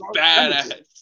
badass